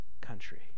country